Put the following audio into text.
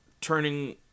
turning